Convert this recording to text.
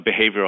behavioral